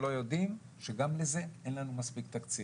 לא של אובדן ימי עבודה.